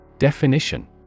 Definition